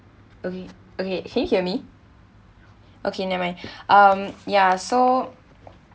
okay okay can you hear me okay never mind um ya so